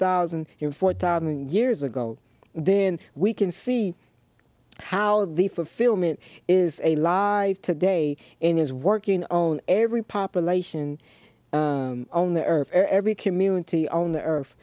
thousand four thousand years ago then we can see how the fulfillment is a live today and is working on every population on the earth every community on the earth